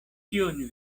kion